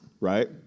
right